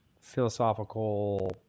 philosophical